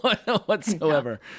whatsoever